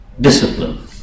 discipline